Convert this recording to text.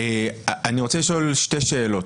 אני רוצה לשאול שתי שאלות.